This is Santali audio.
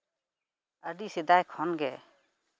ᱟᱹᱰᱤ ᱥᱮᱫᱟᱭ ᱠᱷᱚᱱᱜᱮ